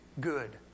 good